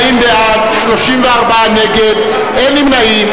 40 בעד, 34 נגד, אין נמנעים.